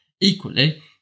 Equally